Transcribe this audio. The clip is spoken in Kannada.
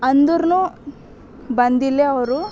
ಅಂದುರ್ನೂ ಬಂದಿಲ್ಲೆ ಅವರು